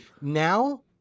Now